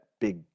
big